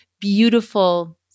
beautiful